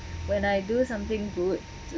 when I do something good to